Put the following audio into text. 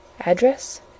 Address